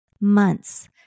months